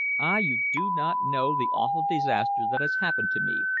ah! you do not know the awful disaster that has happened to me,